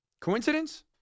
Coincidence